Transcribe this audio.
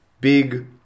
big